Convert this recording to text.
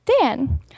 Dan